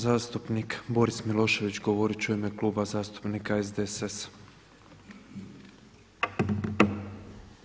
Zastupnik Boris Milošević govorit će u ime Kluba zastupnika SDSS-a.